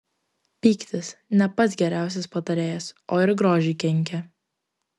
pyktis ne pats geriausias patarėjas o ir grožiui kenkia